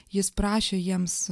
jis prašė jiems